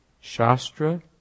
Shastra